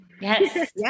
yes